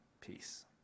Peace